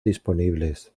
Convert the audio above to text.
disponibles